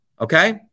Okay